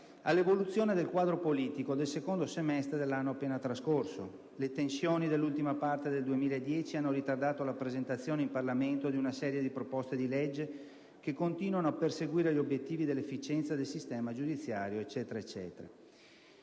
«all'evoluzione del quadro politico nel secondo semestre nell'anno appena trascorso; le tensioni dell'ultima parte del 2010 hanno ritardato la presentazione in Parlamento di una serie di proposte di legge che continuano a perseguire gli obbiettivi dell'efficienza del sistema giudiziario...». In altri